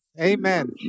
Amen